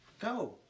Go